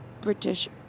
British